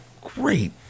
great